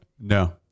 No